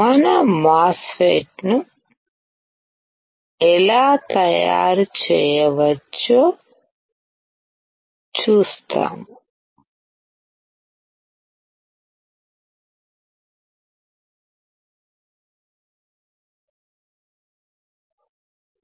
మన MOSFET ను ఎలా తయారు చేయవచ్చో చూస్తాము